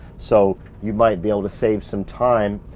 so you might be able to save some time.